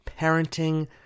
parenting